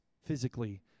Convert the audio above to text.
physically